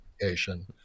education